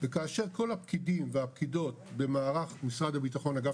וכאשר כל הפקידים והפקידות במערך משרד הביטחון אגף